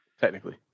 technically